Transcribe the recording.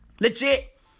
Legit